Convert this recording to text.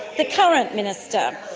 the current minister.